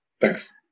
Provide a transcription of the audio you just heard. Thanks